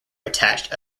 attached